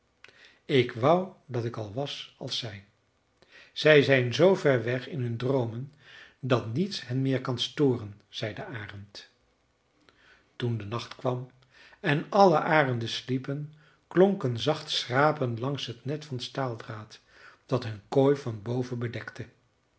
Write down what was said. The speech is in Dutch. ik wou dat ik al was als zij zij zijn zoo ver weg in hun droomen dat niets hen meer kan storen zei de arend toen de nacht kwam en alle arenden sliepen klonk een zacht schrapen langs het net van staaldraad dat hun kooi van boven bedekte